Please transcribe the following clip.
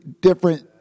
different